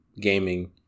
gaming